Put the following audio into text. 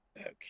Okay